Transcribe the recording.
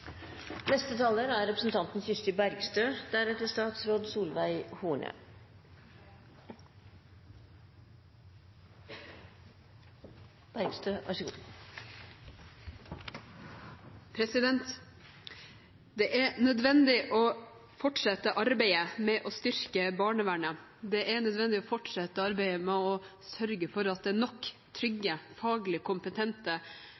Det er nødvendig å fortsette arbeidet med å styrke barnevernet. Det er nødvendig å fortsette arbeidet med å sørge for at det er nok